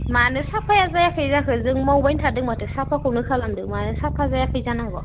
मानो साफाया जायाखै जाखो जों मावबायनो थादों माथो साफाखौनो खालामदों मानो साफा जायाखै जानांगौ